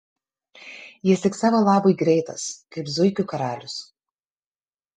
jis tik savo labui greitas kaip zuikių karalius